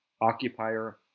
occupier